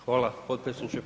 Hvala potpredsjedniče.